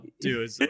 dude